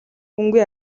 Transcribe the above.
хүнгүй